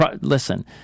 listen –